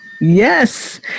Yes